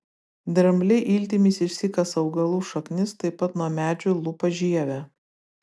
drambliai iltimis išsikasa augalų šaknis taip pat nuo medžių lupa žievę